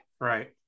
right